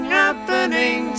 happening